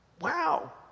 Wow